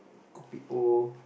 kopi O